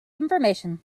information